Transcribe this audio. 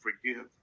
forgive